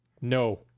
No